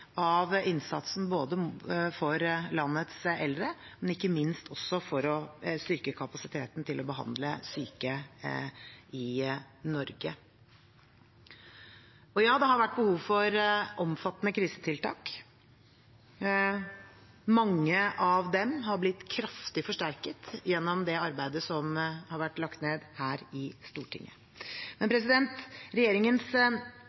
av innsatsen for landets eldre, men ikke minst også en kraftig styrking av kapasiteten til å behandle syke i Norge. Ja, det har vært behov for omfattende krisetiltak. Mange av dem har blitt kraftig forsterket gjennom det arbeidet som har vært lagt ned her i Stortinget. Men